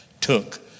took